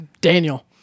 Daniel